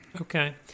Okay